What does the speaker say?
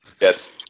Yes